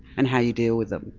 and how you deal with them?